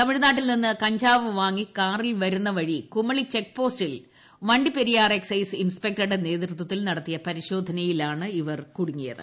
തമിഴ്നാട്ടിൽനിന്ന് കഞ്ചാവ് വാങ്ങി കാറിൽവരുന്ന വഴി കുമളി ചെക്ക്പോസ്റ്റിൽ വണ്ടിപ്പെരിയാർ എക്സൈസ് ഇൻസ്പെക്ടറുടെ നേതൃത്വത്തിൽ നടത്തിയ പരിശോധനയിലാണിവർ കുടുങ്ങിയത്